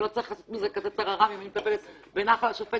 ולא צריך לעשות מזה כזה טררם אם אני מטפסת בנחל שופט